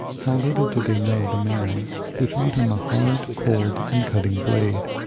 how little did they know the man who thought him a hard, cold, and cutting blade.